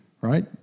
right